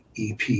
EP